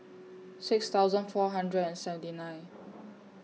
six thousand four hundred and seventy nine